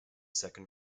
second